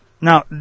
Now